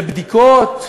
לבדיקות,